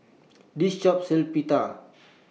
This Shop sells Pita